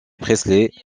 presley